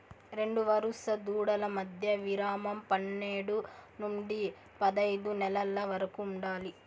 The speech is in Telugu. రెండు వరుస దూడల మధ్య విరామం పన్నేడు నుండి పదైదు నెలల వరకు ఉండాలి